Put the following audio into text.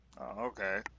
Okay